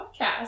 podcast